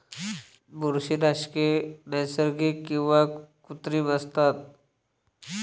बुरशीनाशके नैसर्गिक किंवा कृत्रिम असतात